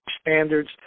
standards